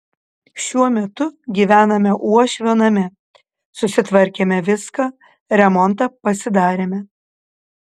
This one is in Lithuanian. šiuo metu gyvename uošvio name susitvarkėme viską remontą pasidarėme